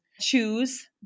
choose